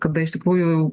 kada iš tikrųjų